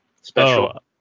special